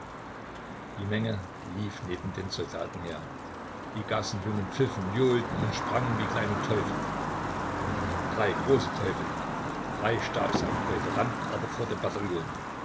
die menge lief neben den soldaten her die gassenjungen pfiffen johlten und sprangen wie kleine teufel drei große teufel drei stabshauptleute rannten aber vor dem bataillon